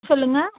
சொல்லுங்க